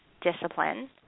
discipline